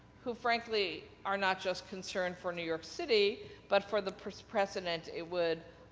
who frankly are not just concerned for new york city but for the president, it would